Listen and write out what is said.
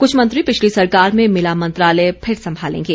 कुछ मंत्री पिछली सरकार में मिला मंत्रालय फिर संभालेंगे